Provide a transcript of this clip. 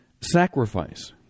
sacrifice